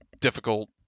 difficult